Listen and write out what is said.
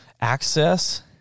access